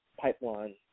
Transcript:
Pipeline